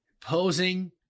Posing